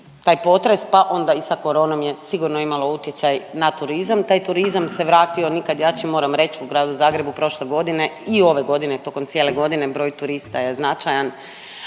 taj potres pa onda i sa Coronom je sigurno imalo utjecaj na turizam. Taj turizam se vratio, nikad jači moram reći u gradu Zagrebu prošle godine i ove godine, tokom cijele godine broj turista je značajan,